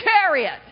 chariot